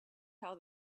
how